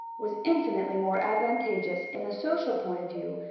was infinitely more advantageous in a social point of view,